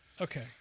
Okay